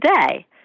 today